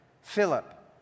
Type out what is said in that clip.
Philip